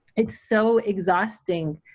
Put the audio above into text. it's so exhausting,